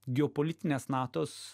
geopolitinės natos